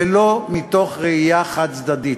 ולא מתוך ראייה חד-צדדית,